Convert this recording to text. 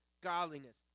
godliness